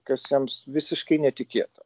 kas jiems visiškai netikėta